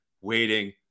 waiting